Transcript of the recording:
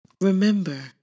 Remember